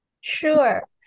Sure